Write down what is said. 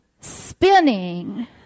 spinning